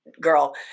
girl